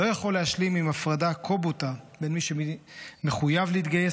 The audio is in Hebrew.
לא יכול להשלים עם הפרדה כה בוטה בין מי שמחויב להתגייס